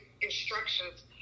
instructions